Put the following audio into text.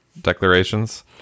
Declarations